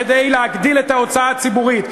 כדי להגדיל את ההוצאה הציבורית,